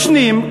ישנים,